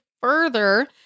further